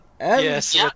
Yes